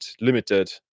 limited